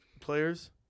players